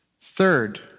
Third